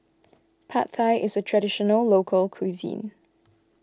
Pad Thai is a Traditional Local Cuisine